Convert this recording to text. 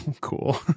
Cool